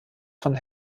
von